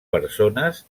persones